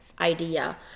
idea